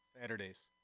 Saturdays